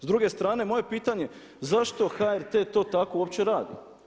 S druge strane, moje pitanje zašto HRT to tako uopće radu?